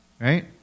Right